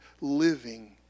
living